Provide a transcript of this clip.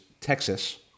Texas